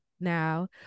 now